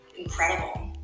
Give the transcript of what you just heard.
incredible